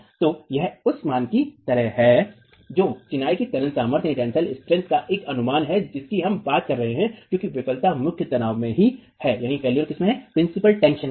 तो यह उस मान की तरह है जो चिनाई की तनन सामर्थ्य का एक अनुमान है जिसकी हम बात कर रहे हैं क्योंकि विफलता मुख्य तनाव में ही है